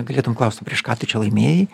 galėtum klaust o prieš ką tu čia laimėjai